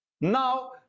Now